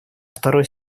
второй